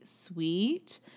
sweet